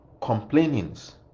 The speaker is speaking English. complainings